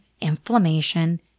inflammation